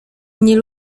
nie